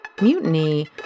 mutiny